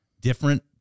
different